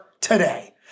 today